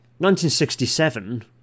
1967